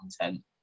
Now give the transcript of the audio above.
content